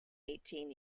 eighteen